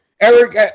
Eric